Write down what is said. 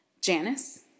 Janice